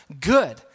good